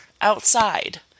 outside